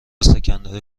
سکندری